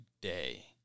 day